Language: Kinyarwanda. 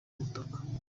ubutaka